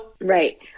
Right